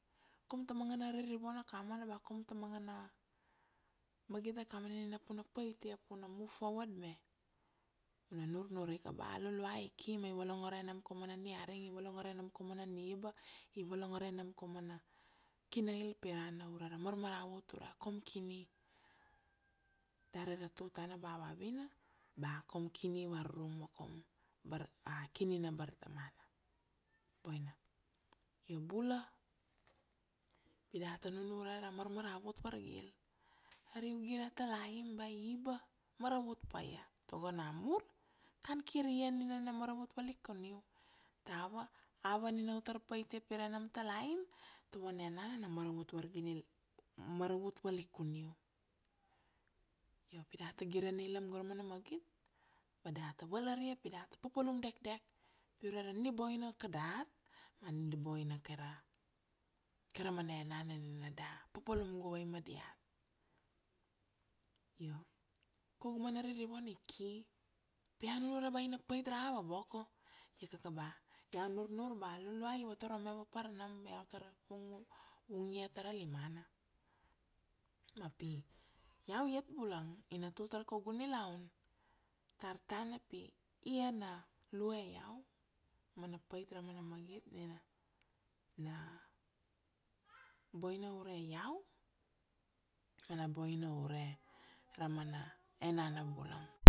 Kaum ta manga na ririvon akamana ba kaum ta manga na magit akamana nina pi u na paitia pi u na move forward me, u na nurnur ika ba a Luluai i ki ma i volongore nam kaum mana niaring, i volongore nam kaum mana niba, i volongore nam kaum mana kinail pirana ure ra marmaravut ure kaum kini, dari ra tutana ba vavina ba kaum kini varurung ma kaum a kini na bartamana, boina. Io bula, pi data nunure ra marmaravut vargil, ari u gire talaim ba i iba, maravut pa ia. Tago na mur, kan kir ia nina na maravut valikun u, ta ava, ava nina u tar paitia pire nam talaim, ta vana enana na maravut maravut valikun u. Io pi data gire na ilam go ra mana magit ma data valaria pi data papalum dekdek pi ure ra ni boina ka dat ma a ni boina kai ra, kai ra mana enana nina da papalum guvai ma diat. Io kaugu mana ririvon i ki, pa iau nunure ba ina pait ra ava boko, ia kaka ba iau nurnur ba a Luluai i vatorome vapar nam iau tar vung ia ta ra limana. Ma pi, iau iat bulang ina tul tar kaugu nilaun tar tana, pi ia na lue iau mana pait ra mana magit nina na boina ure iau, mana boina ure ra mana enana bulang.